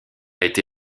été